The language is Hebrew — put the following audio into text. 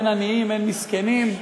אין עניים, אין מסכנים,